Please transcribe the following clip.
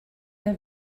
der